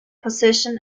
position